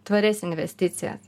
tvarias investicijas